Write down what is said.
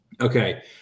Okay